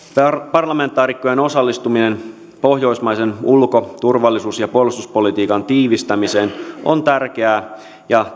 parlamentaarikkojen osallistuminen pohjoismaisen ulko turvallisuus ja puolustuspolitiikan tiivistämiseen on tärkeää ja